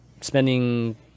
spending